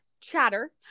chatter